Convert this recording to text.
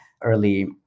early